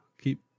keep